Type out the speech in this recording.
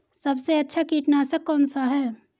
सबसे अच्छा कीटनाशक कौन सा है?